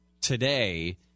today